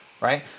right